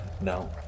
No